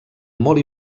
molt